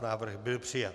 Návrh byl přijat.